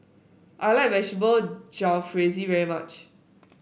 I like Vegetable Jalfrezi very much